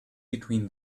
between